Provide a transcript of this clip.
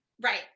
Right